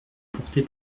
porter